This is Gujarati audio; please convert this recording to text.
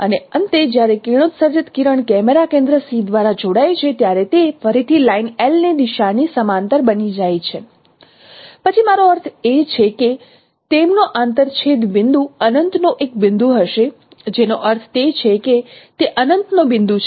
અને અંતે જ્યારે કિરણોત્સર્જિત કિરણ કેમેરા કેન્દ્ર C દ્વારા જોડાય છે ત્યારે તે ફરીથી લાઇન L ની દિશાની સમાંતર બની જાય છે પછી મારો અર્થ એ છે કે તેમનો આંતરછેદ બિંદુ અનંતનો એક બિંદુ હશે જેનો અર્થ તે છે કે તે અનંતનો બિંદુ છે